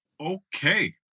Okay